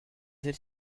celle